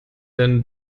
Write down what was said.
deine